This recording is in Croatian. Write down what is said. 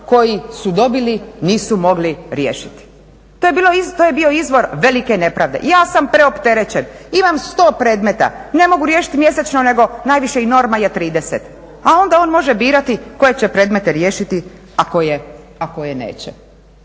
koji su dobili nisu mogli riješiti. To je bio izvor velike nepravde. Ja sam preopterećen, imam 100 predmeta, ne mogu riješiti mjesečno nego najviše i norma je 30, a onda on može birati koje će predmete riješiti a koje neće.